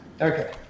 Okay